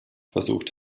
versucht